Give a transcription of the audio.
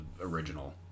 original